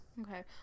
okay